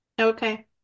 Okay